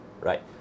right